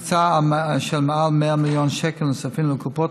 הקצאה של מעל 100 מיליון שקל נוספים לקופות